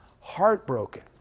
heartbroken